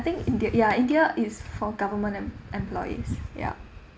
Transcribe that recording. I think india ya india is for government em~ employees ya